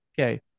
Okay